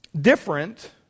different